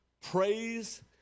praise